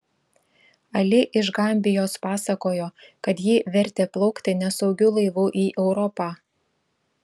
ali iš gambijos pasakojo kad jį vertė plaukti nesaugiu laivu į europą